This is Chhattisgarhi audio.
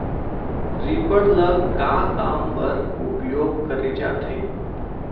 रीपर ल का काम बर उपयोग करे जाथे?